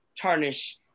tarnish